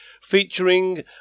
featuring